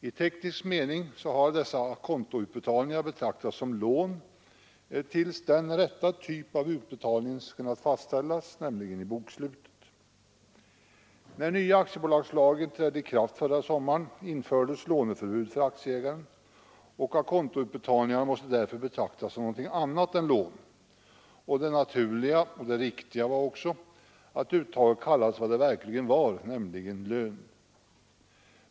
I teknisk mening har dessa å-contoutbetalningar betraktats som lån till dess rätt typ av utbetalning slutligen fastställts i bokslutet. När nya aktiebolagslagen trädde i kraft förra sommaren infördes låneförbud för aktieägaren, och å-contoutbetalningarna måste därför betraktas som något annat än lån, och det naturliga och riktiga var att uttaget kallades vad det verkligen var, nämligen lön.